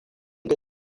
da